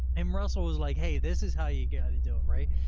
um russell is like, hey, this is how you gotta do it, right?